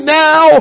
now